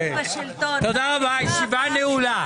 רבה, הישיבה נעולה.